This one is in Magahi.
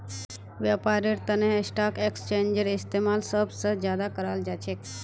व्यापारेर तना स्टाक एक्स्चेंजेर इस्तेमाल सब स ज्यादा कराल जा छेक